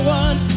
one